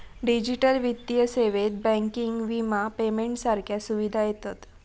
digital वित्तीय सेवेत banking, विमा, पेमेंट सारख्या सुविधा येतत